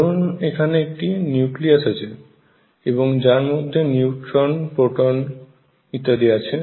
ধরুন এখানে একটি নিউক্লিয়াস আছে এবং যার মধ্যে নিউট্রন প্রোটন ইত্যাদি আছে